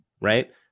right